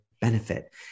benefit